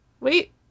Wait